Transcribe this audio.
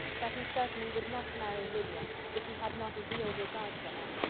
that he certainly would not marry lydia if he had not a real regard for her.